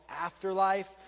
Afterlife